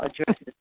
addresses